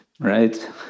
right